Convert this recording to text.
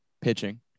pitching